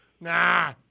Nah